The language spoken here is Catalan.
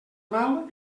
mal